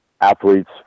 athletes